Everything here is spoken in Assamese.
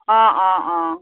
অঁ অঁ অঁ